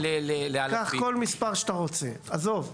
קח כל מספר שאתה רוצה, עזוב.